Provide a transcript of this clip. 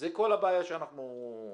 זה כל הבעיה שאנחנו מעלים.